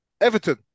Everton